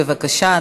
בבקשה,